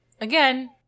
Again